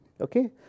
Okay